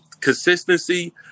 Consistency